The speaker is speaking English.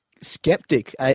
Skeptic